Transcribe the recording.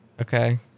Okay